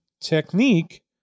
technique